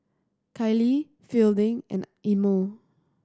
Kailee Fielding and Imo